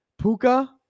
Puka